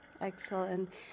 Excellent